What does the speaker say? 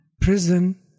prison